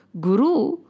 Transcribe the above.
Guru